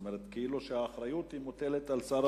אומר שכאילו האחריות מוטלת על שר הבריאות.